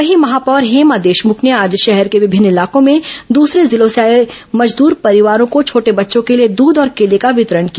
वहीं महापौर हेमा देशमुख ने आज शहर के विभिन्न इलाकों में दूसरे जिलों से आए मजदूर परिवारों को छोटे बच्चों के लिए दुध और केले का वितरण किया